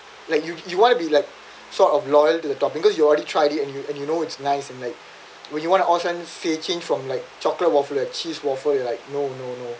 like you you want to be like sort of loyal to the topping because you already tried it and you and you know it's nice and like where you want to often switching from like chocolate waffle cheese waffle you like no no no